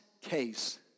case